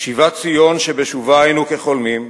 שיבת ציון, שבשובה היינו כחולמים,